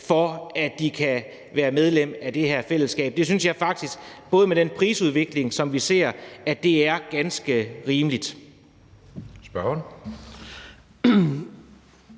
for at de kan være medlem af det her fællesskab. Og det synes jeg faktisk, også med den prisudvikling, som vi ser, er ganske rimeligt.